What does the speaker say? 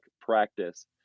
practice